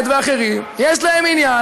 אתם יודעים מה?